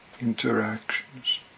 interactions